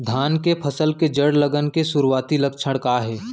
धान के फसल के जड़ गलन के शुरुआती लक्षण का हे?